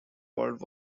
world